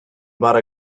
barra